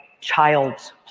child's